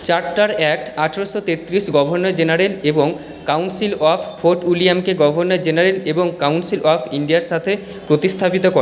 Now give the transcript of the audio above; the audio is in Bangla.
চার্টার অ্যাক্ট আঠেরোশো তেত্রিশ গভর্নর জেনারেল এবং কাউন্সিল অফ ফোর্ট উইলিয়ামকে গভর্নর জেনারেল এবং কাউন্সিল অফ ইণ্ডিয়ার সাথে প্রতিস্থাপিত করে